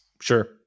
Sure